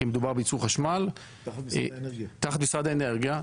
כי מדובר בייצור חשמל תחת משרד האנרגיה,